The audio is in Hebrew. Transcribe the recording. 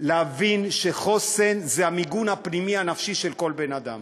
להבין שחוסן זה המיגון הפנימי הנפשי של כל בן-אדם.